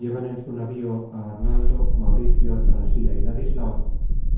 llevan en su navío á arnaldo mauricio transila y ladislao